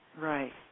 Right